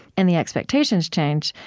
and the expectations changed.